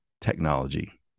technology